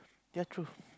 ya truth